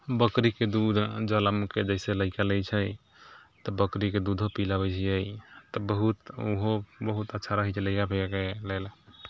बकरीके दूध जनमके जइसे लड़का लै छै तऽ बकरीके दूधो पिलबै छिए तऽ बहुत ओहो बहुत अच्छा रहै छलैए पिआबैके लेल